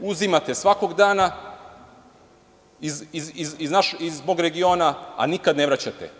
Uzimate svakog dana iz mog regiona, a nikada ne vraćate.